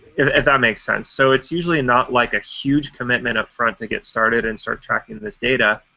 if that makes sense. so, it's usually not, like, a huge commitment up front to get started and start tracking this data.